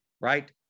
right